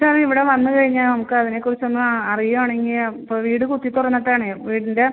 sir ഇവിടെ വന്ന് കഴിഞ്ഞാൽ നമുക്കതിനെ കുറിച്ചൊന്ന് അറിയാണെങ്കിൽ ഇപ്പോൾ വീട് കുത്തി തുറന്നിട്ടാണ് വീടിൻ്റെ